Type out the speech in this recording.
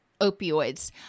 opioids